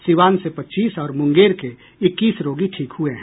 सिवान से पच्चीस और मुंगेर के इक्कीस रोगी ठीक हुए हैं